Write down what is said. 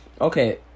Okay